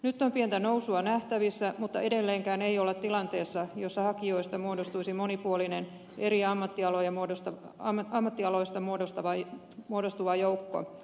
nyt on pientä nousua nähtävissä mutta edelleenkään ei olla tilanteessa jossa hakijoista muodostuisi monipuolinen eri ammattialoista muodostuva joukko